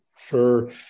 Sure